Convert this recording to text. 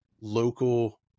local